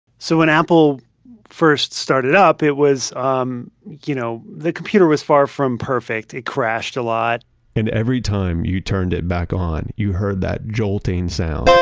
so, when apple first started up, it was, um, you know the computer was far from perfect. it crashed a lot and every time you turned it back on, you heard that jolting sound.